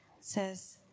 says